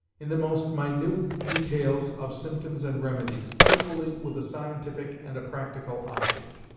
in the most minute details of symptoms and remedies, equally with a scientific and a practical object.